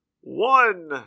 one